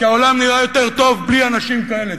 כי העולם נראה יותר טוב בלי אנשים כאלה.